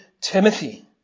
Timothy